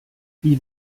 wie